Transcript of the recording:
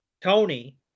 Tony